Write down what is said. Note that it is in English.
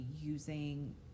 using